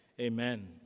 Amen